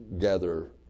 gather